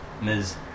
Ms